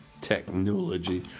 Technology